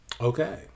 Okay